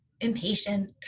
impatient